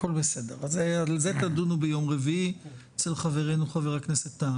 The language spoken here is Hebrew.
אם כן, על זה תדונו ביום רביעי בוועדת הפנים.